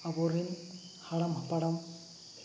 ᱟᱵᱚᱨᱮᱱ ᱦᱟᱲᱟᱢᱼᱦᱟᱯᱟᱲᱟᱢ